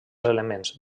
elements